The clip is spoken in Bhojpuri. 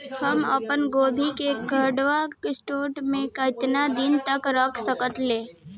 हम आपनगोभि के कोल्ड स्टोरेजऽ में केतना दिन तक रख सकिले?